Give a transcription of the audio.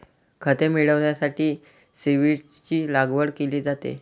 खते मिळविण्यासाठी सीव्हीड्सची लागवड केली जाते